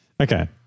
okay